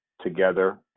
together